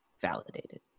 validated